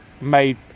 made